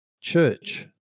Church